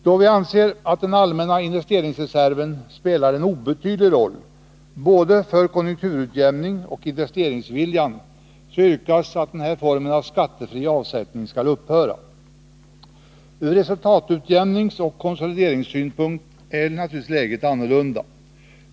Då vi anser att den allmänna investeringsreserven spelar en obetydlig roll både för konjunkturutjämning och för investeringsvilja yrkas att denna form av skattefri avsättning skall upphöra. Ur resultatsutjämningsoch konsolideringssynpunkt är läget annorlunda.